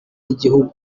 igihuru